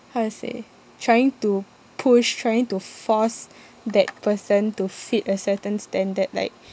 how to say trying to push trying to force that person to fit a certain standard like